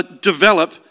develop